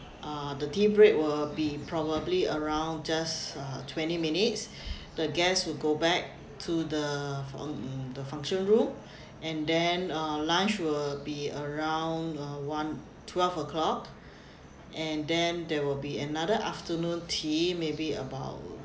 uh the tea break will be probably around just uh twenty minutes the guests would go back to the func~ um the function room and then uh lunch will be around uh one twelve o'clock and then there will be another afternoon tea maybe about